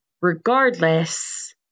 Regardless